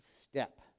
step